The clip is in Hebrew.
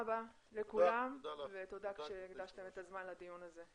תודה רבה לכולם ותודה שהקדשתם את הזמן לדיון הזה.